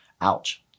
Ouch